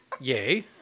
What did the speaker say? Yay